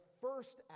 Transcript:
first